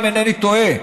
אם אינני טועה.